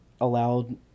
allowed